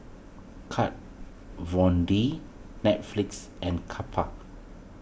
Kat Von D Netflix and Kappa